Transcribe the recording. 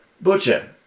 Butcher